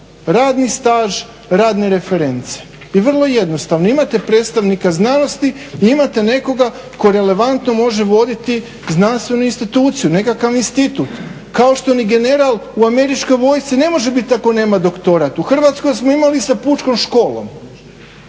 radni staž, radne reference. I vrlo je jednostavno. Imate predstavnika znanosti i imate nekoga tko relevantno može voditi znanstvenu instituciju, nekakav institut kao što ni general u američkoj vojsci ne može biti ako nema doktorat. U Hrvatskoj smo imali sa pučkom školom.